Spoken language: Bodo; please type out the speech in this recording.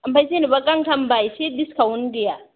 आमफाय जेन'बा गांथामबा एसे डिसकाउन्ट गैया